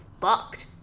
fucked